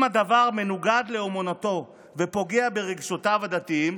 אם הדבר מנוגד לאמונתו ופוגע ברגשותיו הדתיים,